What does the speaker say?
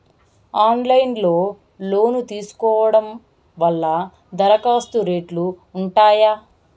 Online లో loan తీసుకోవడం వల్ల దరఖాస్తు రేట్లు ఉంటాయా?